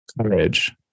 courage